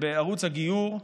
בערוץ הגיור,